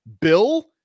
Bill